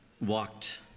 walked